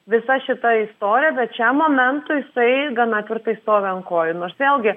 visa šita istorija bet šiam momentui jisai gana tvirtai stovi ant kojų nors vėlgi